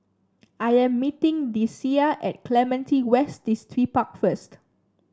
I am meeting Deasia at Clementi West Distripark first